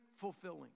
fulfilling